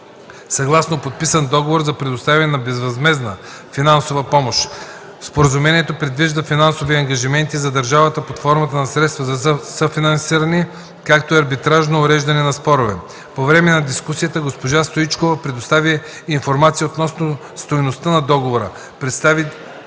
съгласно подписан договор за предоставяне на безвъзмездна финансова помощ. Споразумението предвижда финансови ангажименти за държавата под формата на средства за съфинансиране, както и арбитражно уреждане на спорове. По време на дискусията госпожа Стоичкова предостави информация относно стойността на договора, представи